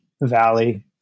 Valley